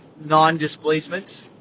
non-displacement